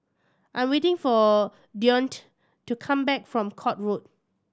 I am waiting for Deonte to come back from Court Road